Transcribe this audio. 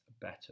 better